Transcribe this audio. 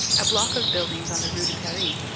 a block of buildings on the rue de paris,